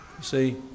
see